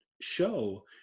show